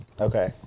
Okay